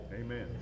Amen